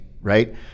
right